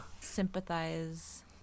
Sympathize